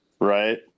right